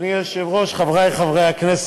אני מבקש להעביר את זה,